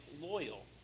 loyal